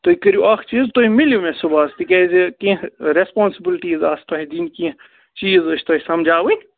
تُہۍ کٔرِو اَکھ چیٖز تُہۍ مِلِو مےٚ صُبحس تِکیٛازِ کیٚنٛہہ رٮ۪سپانسِبٕلٹیٖز آسہٕ تۄہہِ دِنۍ کیٚنٛہہ چیٖز ٲسۍ تۄہہِ سمجھاوٕنۍ